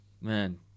man